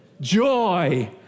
joy